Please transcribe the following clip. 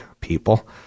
people